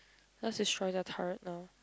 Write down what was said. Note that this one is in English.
let's destroy their turret now